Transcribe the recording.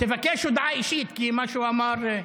תבקש הודעה אישית, כי מה שהוא אמר,